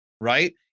right